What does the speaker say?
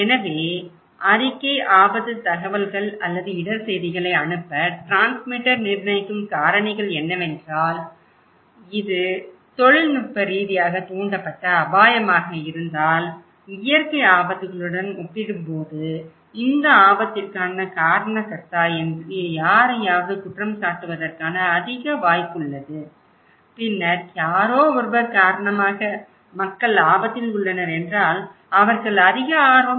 எனவே அறிக்கை ஆபத்து தகவல்கள் அல்லது இடர் செய்திகளை அனுப்ப டிரான்ஸ்மிட்டர் நிர்ணயிக்கும் காரணிகள் என்னவென்றால் இது தொழில்நுட்ப ரீதியாக தூண்டப்பட்ட அபாயமாக இருந்தால் இயற்கை ஆபத்துகளுடன் ஒப்பிடும்போது இந்த ஆபத்திற்கான காரணகர்த்தா என்று யாரையாவது குற்றம் சாட்டுவதற்கான அதிக வாய்ப்புள்ளது பின்னர் யாரோ ஒருவர் காரணமாக மக்கள் ஆபத்தில் உள்ளனர் என்றால் அவர்கள் அதிக ஆர்வம் காட்டுகிறார்கள்